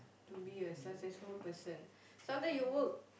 to be a successful person sometimes you work